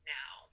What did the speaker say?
now